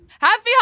Happy